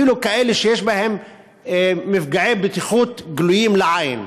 אפילו כאלה שיש בהם מפגעי בטיחות גלויים לעין,